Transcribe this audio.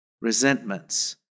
Resentments